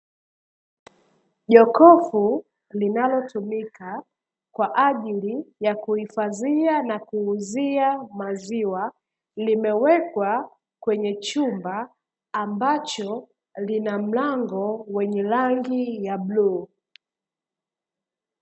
Jokofu linalotumika kwa ajili ya kuhifadhia na kuuzia maziwa, limewekwa kwenye chumba ambacho, lina mlango wenye rangi ya bluu.